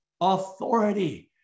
authority